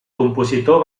compositor